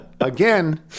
Again